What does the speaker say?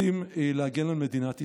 ונכנסים להגן על מדינת ישראל.